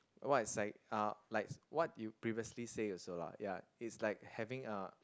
what is like uh like what you previously say also lah ya it's like having a